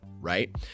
right